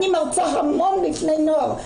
אני מרצה המון בפני נוער,